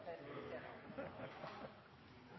er ute.